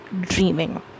dreaming